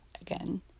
again